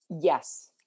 Yes